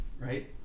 right